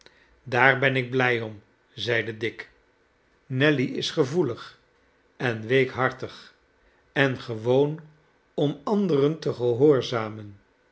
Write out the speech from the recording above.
daar ben ik blij om zeide dick nelly is gevoelig en weekhartig en gewoon om anderen te gehoorzamen